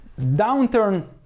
downturn